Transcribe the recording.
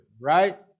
right